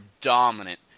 dominant